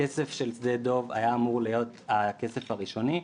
הכסף של שדה דב היה אמור להיות הכסף הראשוני,